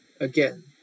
again